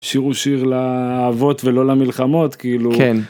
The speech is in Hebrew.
שירו שיר לאבות ולא למלחמות כאילו.